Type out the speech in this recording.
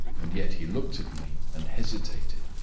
and yet he looked at me and hesitated.